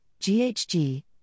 GHG